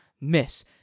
miss